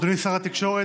אדוני שר התקשורת,